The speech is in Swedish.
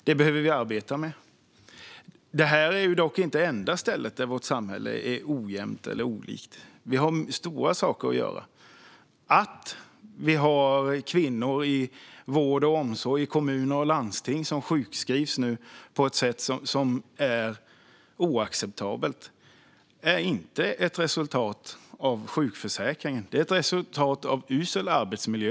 Det behöver vi arbeta med. Det är dock inte det enda stället där vårt samhälle är ojämnt eller olikt. Vi har stora saker att göra. Att kvinnor i vård och omsorg, i kommuner och landsting, nu sjukskrivs på ett oacceptabelt sätt är inte ett resultat av sjukförsäkringen. Det är ett resultat av usel arbetsmiljö.